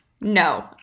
No